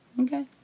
Okay